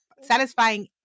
satisfying